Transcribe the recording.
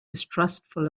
distrustful